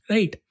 Right